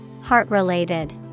Heart-related